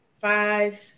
five